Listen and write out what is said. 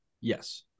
Yes